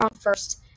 first